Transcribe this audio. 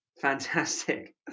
Fantastic